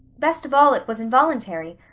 best of all, it was involuntary,